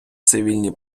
цивільні